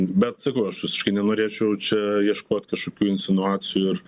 bet sakau aš visiškai nenorėčiau čia ieškot kažkokių insinuacijų ir